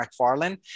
McFarland